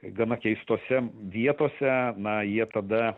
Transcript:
gana keistose vietose na jie tada